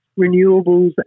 renewables